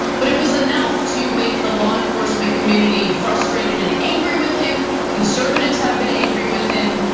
but it was enough to make the law enforcement community frustrated and angry with him. conservatives have been angry with him.